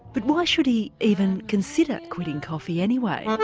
but why should he even consider quitting coffee anyway?